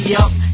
up